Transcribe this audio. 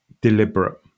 deliberate